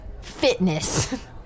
Fitness